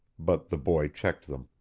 but the boy checked them.